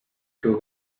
two